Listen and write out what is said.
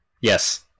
Yes